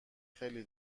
خیلی